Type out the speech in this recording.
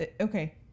okay